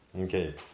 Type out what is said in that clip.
Okay